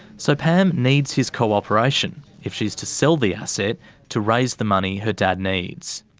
so pam needs his cooperation if she's to sell the asset to raise the money her dad needs.